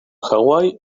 hawái